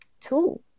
tool